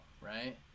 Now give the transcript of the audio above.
right